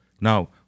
Now